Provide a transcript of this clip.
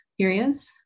areas